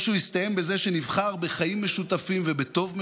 או שהוא יסתיים בזה שנבחר בחיים משותפים ובטוב משותף,